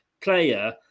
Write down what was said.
player